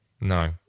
No